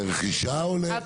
לרכישה או לזכאות?